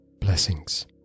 Blessings